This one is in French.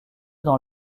dans